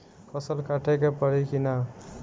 फसल काटे के परी कि न?